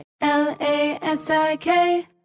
L-A-S-I-K